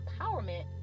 empowerment